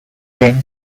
reign